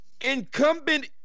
incumbent